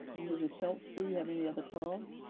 mrs. schulz, do we have any other calls?